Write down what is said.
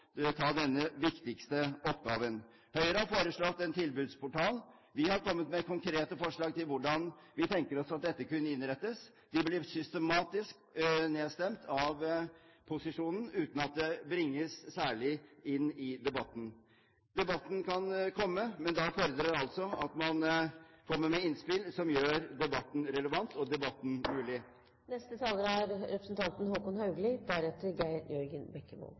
ta denne viktigste oppgaven? Høyre har foreslått en tilbudsportal. Vi har kommet med konkrete forslag til hvordan vi tenker oss at dette kan innrettes. Vi blir systematisk nedstemt av posisjonen, uten at det bringes særlig inn i debatten. Debatten kan komme, men da fordrer det altså at man kommer med innspill som gjør debatten relevant og debatten mulig. Det var representanten